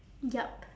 yup